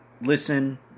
Listen